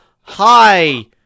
hi